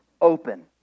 open